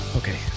okay